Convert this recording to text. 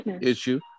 issue